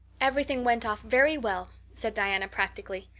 everything went off very well, said diana practically.